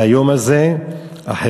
מהיום הזה החירויות